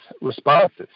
responses